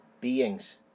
beings